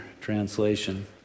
translation